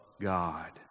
God